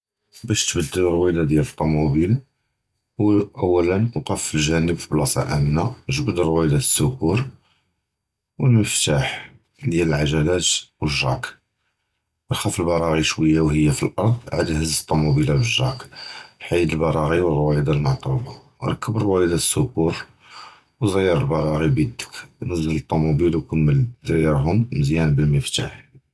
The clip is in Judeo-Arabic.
בַּאש תְּבַּדֵּל רוּידַة דִּי טוֹמוֹבִּיל, אוּלָּא חַוָּאגָה, וַקֵּף זְ'אן בְּבְלַאסָה אָמִינָה, ג'ַבֵּד רוּידַת סוֹקוֹר, לַמַפְתַּח דִּי לַעֻגְלָات וְג'ַאק, רַחְפְּ הַרָּעִי שְּוִיָּה וְהִיא פְּלָארְד, עָד הַזִּ' עַל טוֹמוֹבִּיל בַּג'אק, חֵ'ד לְבְּרָאגִ' וְרוּידַה לְמֻעְטוּבָה, רַקֵּב רוּידַת סוֹקוֹר, וְזִיר לְבְּרָאגִ' בְּיָדְך, נַזֵּל טוֹמוֹבִּיל וְכַמֵּל זִירְהוּם מְזִיַּאן לַמַפְתַּח.